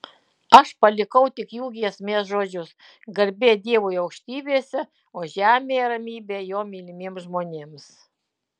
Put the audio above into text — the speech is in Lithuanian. aš palikau tik jų giesmės žodžius garbė dievui aukštybėse o žemėje ramybė jo mylimiems žmonėms